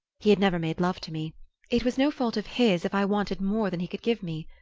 he had never made love to me it was no fault of his if i wanted more than he could give me.